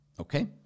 okay